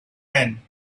men